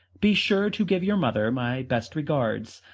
be sure to give your mother my best regards.